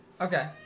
Okay